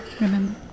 remember